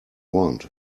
want